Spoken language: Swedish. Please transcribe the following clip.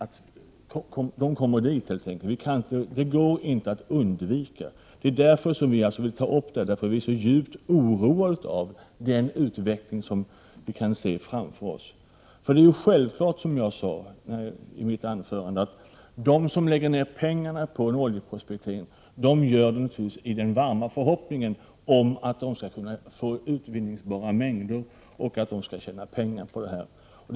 Skadorna blir helt enkelt ett faktum — de går inte att undvika. Det är därför vi vill ta upp den här frågan. Vi är djupt oroade över den utveckling som vi kan se framför oss. Det är, som jag sade i mitt tidigare anförande, självklart att de som lägger ned pengar på oljeprospektering gör det i den varma förhoppningen att de skall påträffa utvinningsbara mängder och tjäna pengar på verksamheten.